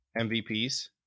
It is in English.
MVPs